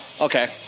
Okay